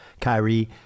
Kyrie